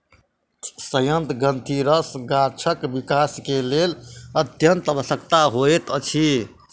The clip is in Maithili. सयंत्र ग्रंथिरस गाछक विकास के लेल अत्यंत आवश्यक होइत अछि